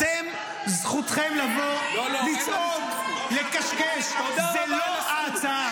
זו לא ההצעה.